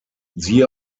siehe